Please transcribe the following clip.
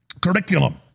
curriculum